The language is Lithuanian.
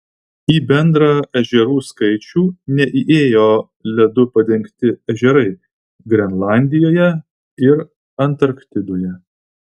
į bendrą ežerų skaičių neįėjo ledu padengti ežerai grenlandijoje ir antarktidoje